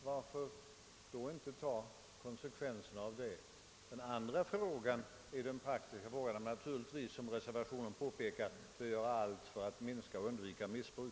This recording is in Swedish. Varför då inte ta konsekvenserna av det? Naturligtvis skall vi, såsom påpekas i reservationen, göra allt för att undvika missbruk.